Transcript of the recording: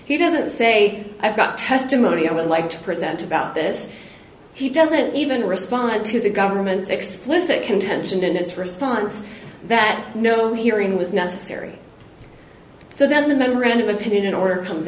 he doesn't say i've got testimony i would like to present about this he doesn't even respond to the government's explicit contention in its response that no hearing was necessary so then the memorandum opinion or comes